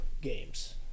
games